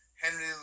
Henry